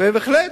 בהחלט.